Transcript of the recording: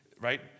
right